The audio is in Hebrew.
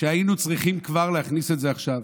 שהיינו צריכים כבר להכניס את זה עכשיו.